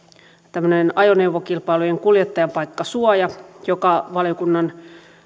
tämmöinen ajoneuvokilpailujen kuljettajanpaikkasuoja joka valiokunnan